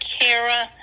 Kara